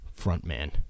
frontman